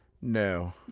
No